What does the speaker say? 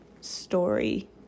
story